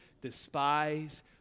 despise